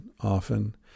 often